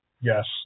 Yes